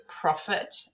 profit